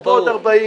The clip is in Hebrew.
ופה עוד 40,